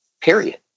Period